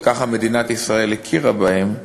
וככה מדינת ישראל הכירה בהם.